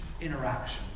interaction